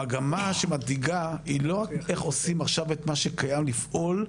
המגמה שמדאיגה היא לא רק איך עושים עכשיו את מה שקיים לפעול,